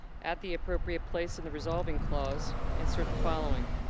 at the appropriate place in the resolving clause insert the following.